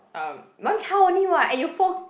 um one child only [what] eh you four